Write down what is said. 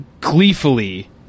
gleefully